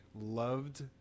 loved